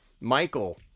Michael